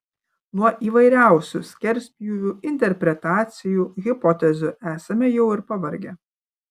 nuo įvairiausių skerspjūvių interpretacijų hipotezių esame jau ir pavargę